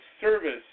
service